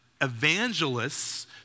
evangelists